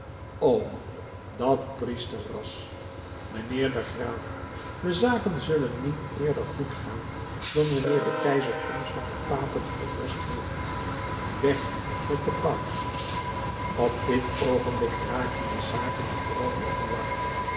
o dat priesterras mijnheer de graaf de zaken zullen niet eerder goed gaan dan wanneer de keizer ons van de papen verlost heeft weg met den paus op dit oogenblik raakten de zaken met rome in de war